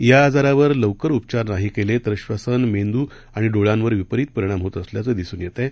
या आजारावर लवकर उपघार नाही केले तर ब्रसन मेंदू आणि डोळ्यांवर विपरीत परिणाम होत असल्याचं दिसून येतंय